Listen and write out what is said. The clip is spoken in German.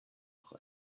auch